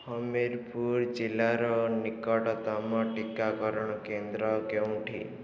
ହମୀରପୁର ଜିଲ୍ଲାର ନିକଟତମ ଟିକାକରଣ କେନ୍ଦ୍ର କେଉଁଠି